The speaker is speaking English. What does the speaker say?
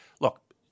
look